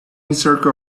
circle